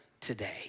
today